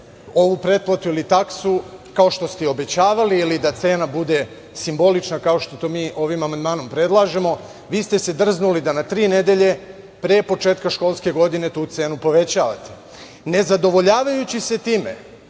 ovu pretplatu ili taksu, kao što ste i obećavali, ili da cena bude simbolična, kao što to mi ovim amandmanom predlažemo, vi ste se drznuli da na tri nedelje pre početka školske godine tu cenu povećavate. Ne zadovoljavajući se time